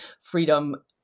freedom